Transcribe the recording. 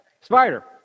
Spider